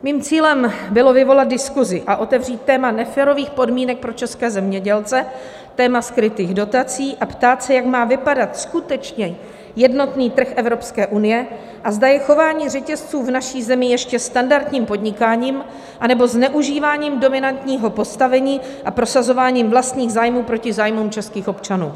Mým cílem bylo vyvolat diskuzi a otevřít téma neférových podmínek pro české zemědělce, téma skrytých dotací a ptát se, jak má vypadat skutečně jednotný trh Evropské unie, a zda je chování řetězců v naší zemi ještě standardním podnikáním, nebo zneužíváním dominantního postavení a prosazováním vlastních zájmů proti zájmům českých občanů.